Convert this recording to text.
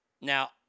Now